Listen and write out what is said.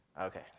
Okay